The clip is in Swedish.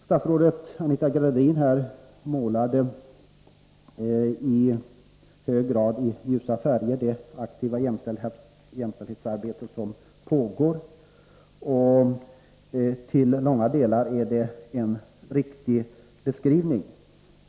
Statsrådet Anita Gradin målade i hög grad i ljusa färger i fråga om det aktiva jämställdhetsarbete som pågår. Delvis är det en riktig beskrivning.